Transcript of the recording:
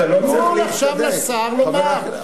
תנו עכשיו לשר לומר.